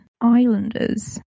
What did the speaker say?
Islanders